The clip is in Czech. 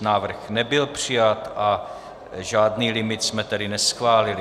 Návrh nebyl přijat, žádný limit jsme tedy neschválili.